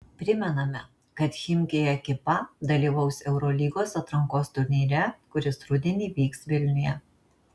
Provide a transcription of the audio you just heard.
primename kad chimki ekipa dalyvaus eurolygos atrankos turnyre kuris rudenį vyks vilniuje